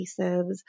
adhesives